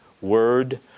word